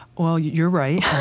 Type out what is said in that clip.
well, you're right.